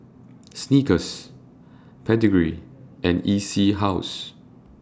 Snickers Pedigree and E C House